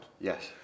Yes